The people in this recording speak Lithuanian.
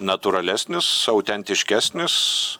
natūralesnis autentiškesnis